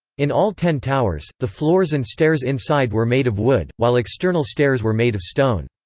in all ten towers, the floors and stairs inside were made of wood, while external stairs were made of stone.